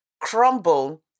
crumble